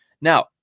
Now